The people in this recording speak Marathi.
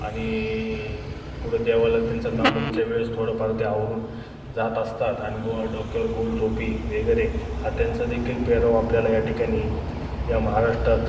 आणि कुठं देवाला त्यांचा नामपच्या वेळेस थोडंफार ते आवरून जात असतात आणि गो डोक्यावर गोल टोपी वगैरे हा त्यांचा देखील पेहराव आपल्याला या ठिकाणी या महाराष्ट्रात